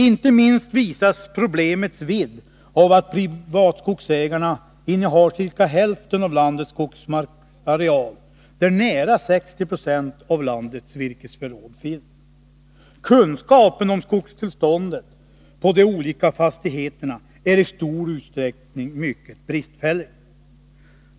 Inte minst visas problemets vidd av att privatskogsägarna innehar ca hälften av landets skogsmarksareal, där nära 60 96 av landets virkesförråd finns. Kunskapen om skogstillståndet på de olika fastigheterna är i stor utsträckning mycket bristfällig.